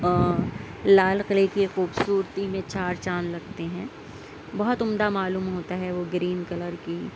لال قلعے کی خوبصورتی میں چار چاند لگتے ہیں بہت عمدہ معلوم ہوتی ہے وہ گرین کلر کی